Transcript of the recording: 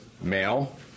male